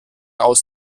aus